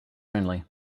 only